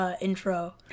intro